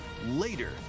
later